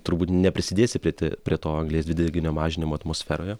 turbūt neprisidėsi prie te prie to anglies dvideginio mažinimo atmosferoje